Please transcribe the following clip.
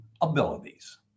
abilities